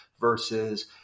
versus